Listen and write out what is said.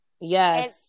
yes